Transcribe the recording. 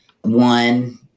one